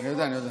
לי יש עוד שאלה.